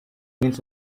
means